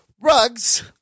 Rugs